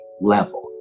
level